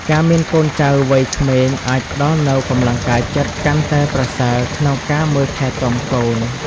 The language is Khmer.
ការមានកូននៅវ័យក្មេងអាចផ្តល់នូវកម្លាំងកាយចិត្តកាន់តែប្រសើរក្នុងការមើលថែទាំកូន។